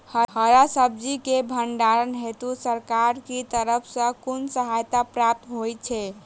हरा सब्जी केँ भण्डारण हेतु सरकार की तरफ सँ कुन सहायता प्राप्त होइ छै?